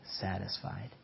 satisfied